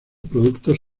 productos